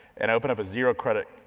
and opened up a zero credit,